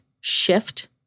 shift